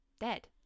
dead